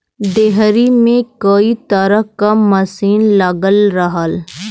dairy में कई तरे क मसीन लगल रहला